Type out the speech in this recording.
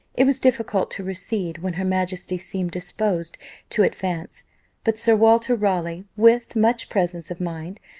it was difficult to recede, when her majesty seemed disposed to advance but sir walter raleigh, with much presence of mind,